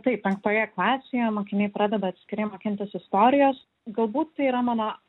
taip penktoje klasėje mokiniai pradeda atskirai mokintis istorijos galbūt tai yra mano